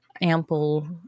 ample